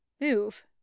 Move